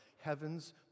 heaven's